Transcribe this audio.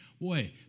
Boy